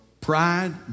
Pride